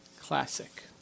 Classic